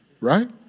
Right